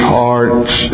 hearts